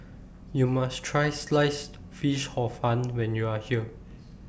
YOU must Try Sliced Fish Hor Fun when YOU Are here